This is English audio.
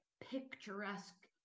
picturesque